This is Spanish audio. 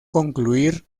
concluir